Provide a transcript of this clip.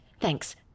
Thanks